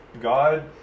God